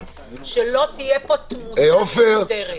שלא תהיה פה תמותה מיותרת.